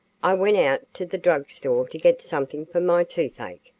i went out to the drug store to get something for my toothache,